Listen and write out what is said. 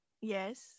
yes